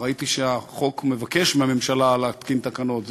ראיתי שהחוק מבקש מהממשלה להתקין תקנות.